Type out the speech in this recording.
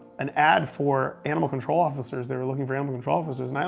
an ad for animal control officers. they were looking for animal control officers.